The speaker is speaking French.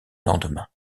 lendemain